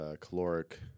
caloric